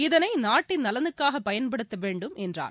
இதனைநாட்டின் நலனுக்காகபயன்படுத்தவேண்டும் என்றார்